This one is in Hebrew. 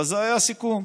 אבל זה היה הסיכום.